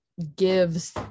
gives